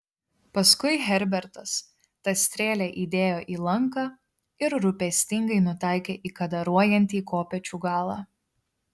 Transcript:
paskui herbertas tą strėlę įdėjo į lanką ir rūpestingai nutaikė į kadaruojantį kopėčių galą